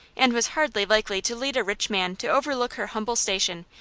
and was hardly likely to lead a rich man to overlook her humble station,